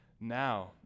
Now